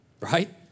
right